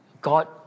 God